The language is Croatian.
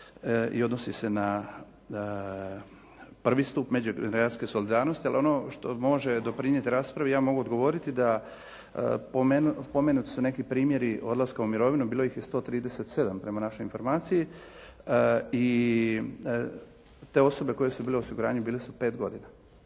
i odnosi se na prvi stup međugeneracijske solidarnosti. Ali ono što može doprinijeti raspravi ja mogu odgovoriti da pomenuti su neki primjeri odlaska u mirovinu. Bilo ih je 137 prema našoj informaciji i te osobe koje su bile u osiguranju bile su pet godina.